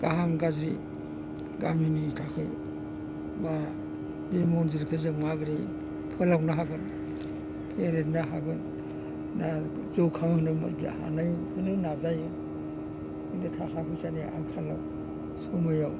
गाहाम गाज्रि गामिनि थाखाय बा बे मन्दिरखौ जों माबोरै फोलावनो हागोन फेदेरनो हागोन ना जौगाहोनो हानायखौनो नाजायो बिदिनो थाखा फैसानि आंखालाव समाव